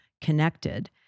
connected